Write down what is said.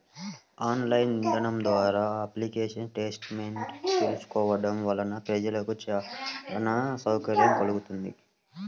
online ఇదానాల ద్వారా application status తెలుసుకోవడం వలన ప్రజలకు చానా సౌలభ్యం కల్గుతుంది